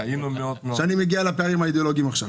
-- היינו מאוד --- אני מגיע לפערים האידיאולוגיים עכשיו.